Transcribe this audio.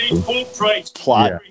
plot